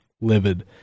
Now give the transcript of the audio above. livid